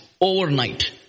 overnight